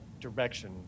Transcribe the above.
direction